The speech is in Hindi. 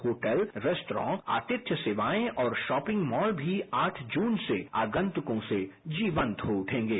होटल रेस्टोरेंट आतिथ्य सेवाएं और शॉपिंग मॉल भी आठ जून से आगंतुकों से जीवंत हो उठेंगे